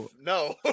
no